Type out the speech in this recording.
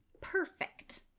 perfect